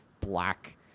black